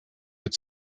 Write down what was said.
had